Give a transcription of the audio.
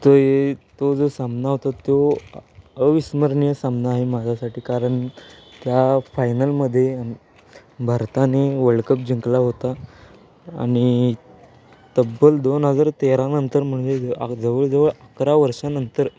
ते तो जो सामना होता तो अविस्मरणीय सामना आहे माझ्यासाठी कारण त्या फायनलमध्ये भारताने वर्ल्ड कप जिंकला होता आणि तब्बल दोन हजार तेरानंतर म्हणजे जवळजवळ अकरा वर्षानंतर